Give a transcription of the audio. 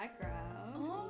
background